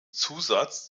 zusatz